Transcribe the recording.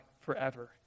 forever